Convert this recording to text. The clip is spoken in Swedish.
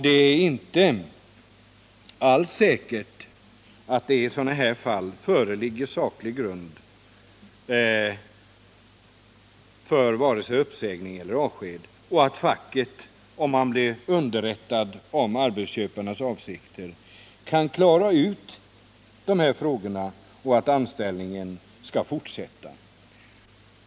Det är inte alls säkert att det i sådana här fall föreligger saklig grund för vare sig uppsägning eller avsked utan att facket — om det blir underrättat om arbetsköparens avsikt — kan klara ut frågan så att anställningen kan fortsätta.